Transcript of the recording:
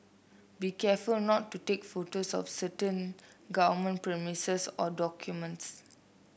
be careful not to take photos of certain government premises or documents